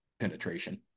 penetration